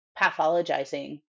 pathologizing